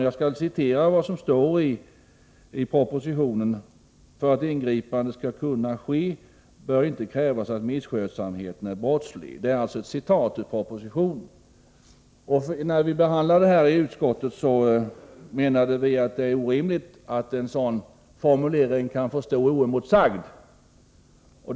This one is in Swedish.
Jag skall citera vad som står i propositionen: ”För att ett ingripande skall kunna ske bör inte krävas att misskötsamheten är brottslig.” När vi behandlade detta i utskottet menade vi att det är orimligt att en sådan formulering skall stå oemotsagd.